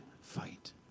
fight